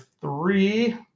three